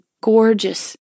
gorgeous